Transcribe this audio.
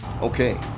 Okay